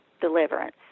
deliverance